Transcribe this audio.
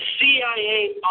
CIA